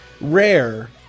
rare